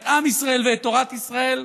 את עם ישראל ואת תורת ישראל,